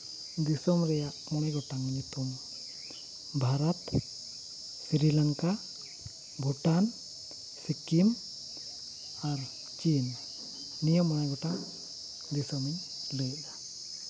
ᱫᱤᱥᱚᱢ ᱨᱮᱭᱟᱜ ᱢᱚᱬᱮ ᱜᱚᱴᱟᱝ ᱧᱩᱛᱩᱢ ᱵᱷᱟᱨᱚᱛ ᱥᱨᱤᱞᱚᱝᱠᱟ ᱵᱷᱩᱴᱟᱱ ᱥᱤᱠᱤᱢ ᱟᱨ ᱪᱤᱱ ᱱᱤᱭᱟᱹ ᱢᱚᱬᱮ ᱜᱚᱴᱟᱝ ᱫᱤᱥᱚᱢᱤᱧ ᱞᱟᱹᱭᱮᱫᱼᱟ